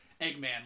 Eggman